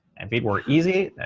if it were easy,